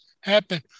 happen